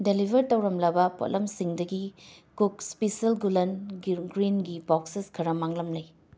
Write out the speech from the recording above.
deliver ꯇꯧꯔꯝꯂꯕ ꯄꯣꯠꯂꯝꯁꯤꯡꯗꯒꯤ coke special ꯒꯨꯂꯟ ꯒ꯭ꯔꯤꯟꯒꯤ ꯕꯣꯛꯁꯦꯁ ꯈꯔ ꯃꯥꯡꯂꯝꯂꯦ